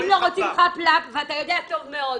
אם לא רוצים חאפ לאפ ואתה יודע טוב מאוד,